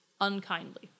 unkindly